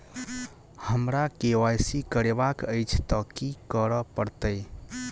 हमरा केँ Y C करेवाक अछि तऽ की करऽ पड़तै?